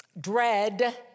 Dread